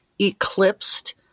eclipsed